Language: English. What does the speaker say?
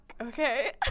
Okay